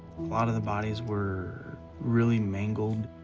lot of the bodies were really mangled.